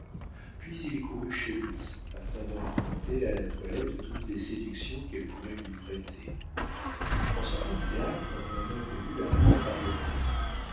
puis il courut chez lui afin d'emprunter à la toilette toutes les séductions qu'elle pourrait lui prêter en sortant du théâtre un inconnu l'arrêta par le bras